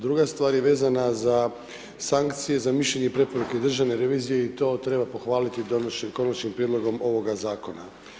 Druga stvar je vezana za sankcije za mišljenje i preporuke Državne revizije i treba pohvaliti donošenjem konačnim prijedlogom ovoga zakona.